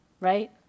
Right